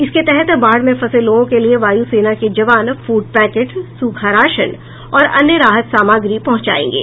इसके तहत बाढ़ में फंसे लोगों के लिए वायु सेना के जवान फूड पैकेट सूखा राशन और अन्य राहत सामग्री पहुंचायेंगे